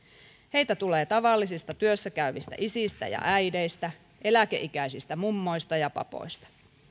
heitä tulee tavallisista työssä käyvistä isistä ja äideistä eläkeikäisistä mummoista ja papoista